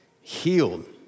Healed